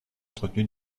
entretenu